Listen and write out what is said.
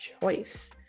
choice